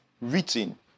written